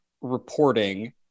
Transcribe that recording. reporting